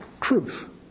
truth